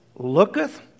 Looketh